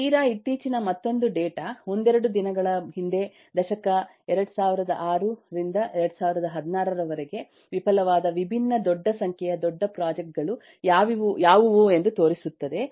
ಇದು ತೀರಾ ಇತ್ತೀಚಿನ ಮತ್ತೊಂದು ಡೇಟಾ ಒಂದೆರಡು ದಿನಗಳ ಹಿಂದೆ ದಶಕ 2006 ರಿಂದ 2016 ರವರೆಗೆ ವಿಫಲವಾದ ವಿಭಿನ್ನ ದೊಡ್ಡ ಸಂಖ್ಯೆಯ ದೊಡ್ಡ ಪ್ರಾಜೆಕ್ಟ್ ಗಳು ಯಾವುವು ಎಂದು ತೋರಿಸುತ್ತದೆ